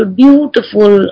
beautiful